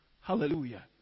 Hallelujah